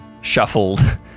shuffled